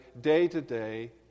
day-to-day